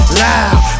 loud